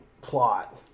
plot